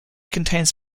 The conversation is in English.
contains